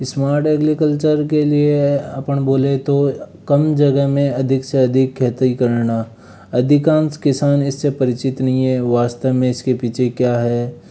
smart agriculture के लिए अपन बोले तो कम जगह में अधिक से अधिक खेती करना अधिकांश किसान इससे परिचित नहीं हैं वास्तव में इसके पीछे क्या है